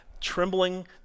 trembling